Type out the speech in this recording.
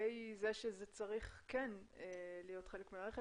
לגבי זה שזה צריך כן להיות חלק מהרכש,